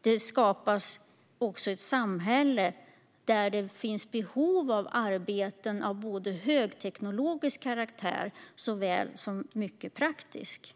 Det skapas också ett samhälle där det finns behov av arbeten av såväl högteknologisk som praktisk karaktär.